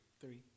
three